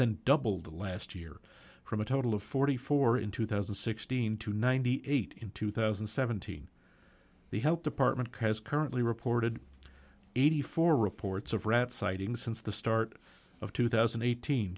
than doubled the last year from a total of forty four in two thousand and sixteen to ninety eight in two thousand and seventeen the health department has currently reported eighty four reports of rat sightings since the start of two thousand and eighteen